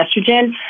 estrogen